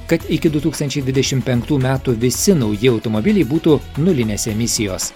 kad iki du tūkstančiai dvidešim penktų metų visi nauji automobiliai būtų nulinės emisijos